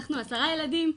אנחנו עשרה ילדים.